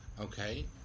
Okay